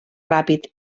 ràpid